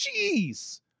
jeez